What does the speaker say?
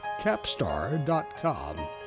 Capstar.com